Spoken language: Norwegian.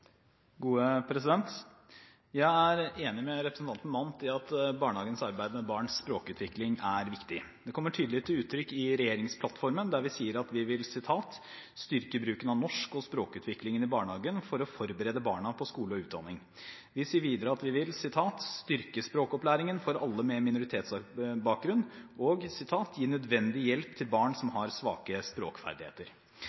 Jeg er enig med representanten Mandt i at barnehagens arbeid med barns språkutvikling er viktig. Det kommer tydelig til uttrykk i regjeringsplattformen, der vi sier at vi vil «styrke bruken av norsk og språkutviklingen i barnehagen for å forberede barna på skole og utdanning». Vi sier videre at vi vil «styrke språkopplæringen for alle med minoritetsbakgrunn» og «gi nødvendig hjelp til barn som